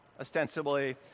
ostensibly